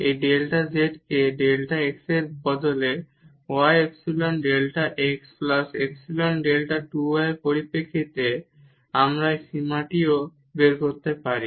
এই delta z কে delta x এর বদলে y epsilon delta x plus epsilon delta 2 y এর পরিপ্রেক্ষিতে আমরা এই সীমাটিও বের করতে পারি